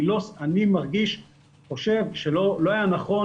אני חושב שלא היה נכון